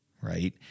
right